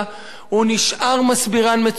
הוא נשאר מסבירן מצוין.